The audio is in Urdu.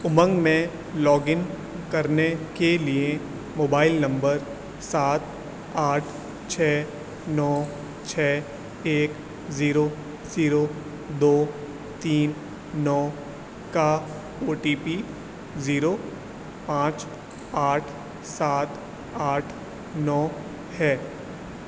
امنگ میں لاگ ان کرنے کے لیے موبائل نمبر سات آٹھ چھ نو چھ ایک زیرو زیرو دو تین نو کا او ٹی پی زیرو پانچ آٹھ سات آٹھ نو ہے